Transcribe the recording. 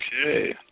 Okay